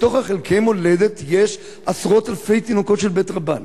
בתוך חלקי המולדת יש עשרות אלפי תינוקות של בית רבן.